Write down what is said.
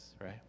right